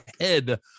head